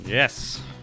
Yes